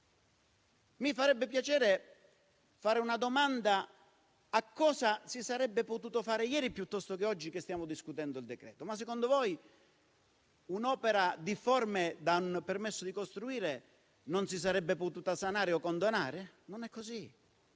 Mi farebbe piacere porre una domanda: cosa si sarebbe potuto fare ieri, piuttosto che oggi che stiamo discutendo il decreto? Ma secondo voi, un'opera difforme dal permesso di costruire non si sarebbe potuta sanare o condonare? Non è così,